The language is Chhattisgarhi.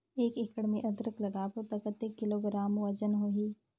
एक एकड़ मे अदरक लगाबो त कतेक किलोग्राम वजन होही?